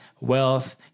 wealth